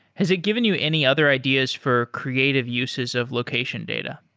has it given you any other ideas for creative uses of location data?